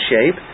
shape